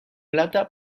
plata